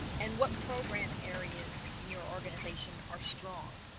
and what program areas in your organization are strong?